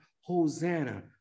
Hosanna